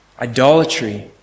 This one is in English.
Idolatry